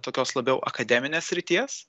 tokios labiau akademinės srities